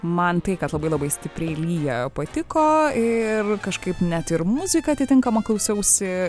man tai kad labai labai stipriai lyja patiko ir kažkaip net ir muziką atitinkamą klausiausi